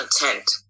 content